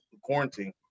quarantine